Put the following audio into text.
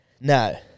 No